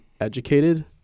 educated